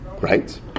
right